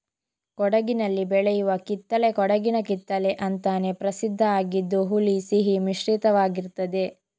ಕೊಡಗಿನಲ್ಲಿ ಬೆಳೆಯುವ ಕಿತ್ತಳೆ ಕೊಡಗಿನ ಕಿತ್ತಳೆ ಅಂತಾನೇ ಪ್ರಸಿದ್ಧ ಆಗಿದ್ದು ಹುಳಿ ಸಿಹಿ ಮಿಶ್ರಿತವಾಗಿರ್ತದೆ